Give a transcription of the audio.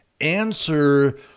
answer